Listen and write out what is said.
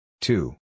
Two